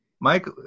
Mike